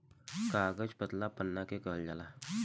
कागज पतला पन्ना के कहल जाला